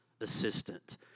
assistant